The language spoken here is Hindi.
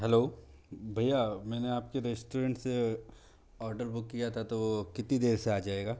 हेलो भय्या मैंने आप के रेस्टोरेंट से ओडर बुक किया था तो वो कितनी देर से आ जाएगा